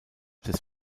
des